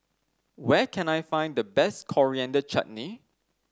where can I find the best Coriander Chutney